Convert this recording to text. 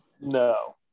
No